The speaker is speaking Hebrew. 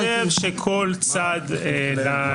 אני חושב שכל צד יכול